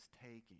taking